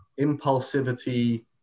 impulsivity